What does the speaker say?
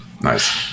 Nice